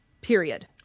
period